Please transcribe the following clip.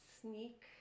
sneak